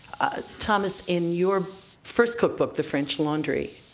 ah thomas, in your first cookbook the french laundry,